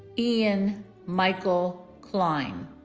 ian michael kline